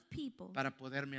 people